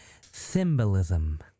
Symbolism